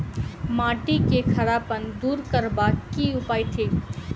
माटि केँ खड़ापन दूर करबाक की उपाय थिक?